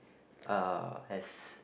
uh as